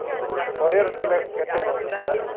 ହୁଁ କୋରିଅର୍ କଲେ କେତେ ନେଉଛନ୍ତି ସାର୍